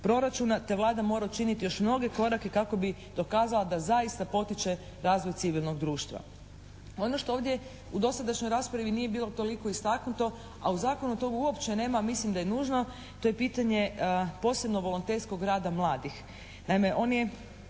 te Vlada mora učiniti još mnoge korake kako bi dokazala da zaista potiče razvoj civilnog društva. Ono što ovdje u dosadašnjoj raspravi nije bilo toliko istaknuto, a u zakonu tog uopće nema mislim da je nužno, to je pitanje posebno volonterskog rada mladih.